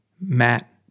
Matt